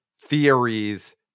theories